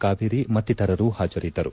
ಕಾವೇತಿ ಮತ್ತಿತರರು ಹಾಜರಿದ್ದರು